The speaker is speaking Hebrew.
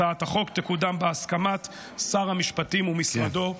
הצעת החוק תקודם בהסכמת שר המשפטים ומשרדו.